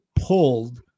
pulled